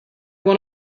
one